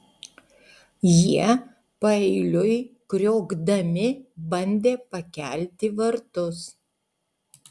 jie paeiliui kriokdami bandė pakelti vartus